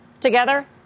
together